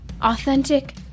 Authentic